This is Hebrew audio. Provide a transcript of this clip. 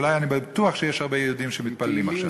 אני בטוח שיש הרבה יהודים שמתפללים עכשיו.